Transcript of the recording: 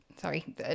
sorry